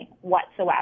whatsoever